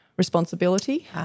responsibility